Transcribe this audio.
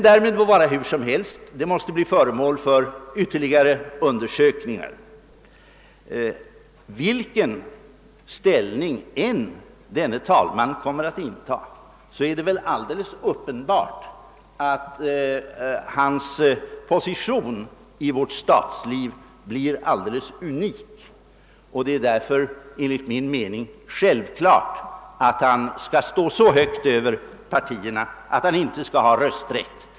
Därmed må vara hur som helst, frågan måste bli föremål för ytterligare undersökningar, Vilken ställning denne talman än kommer att inta är det väl alldeles uppenbart att hans position i vårt statsliv blir alldeles unik. Det är därför enligt min mening självklart att han skall stå så högt över partierna att han inte skall ha rösträtt.